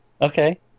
Okay